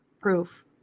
proof